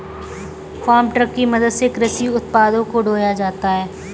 farm truck की मदद से कृषि उत्पादों को ढोया जाता है